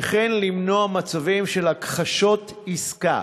וכן למנוע מצבים של הכחשות עסקה,